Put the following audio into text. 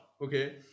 okay